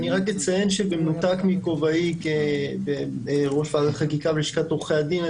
אני רק אציין שבמנותק מכובעי כראש ועדת חקיקה בלשכת עורכי הדין,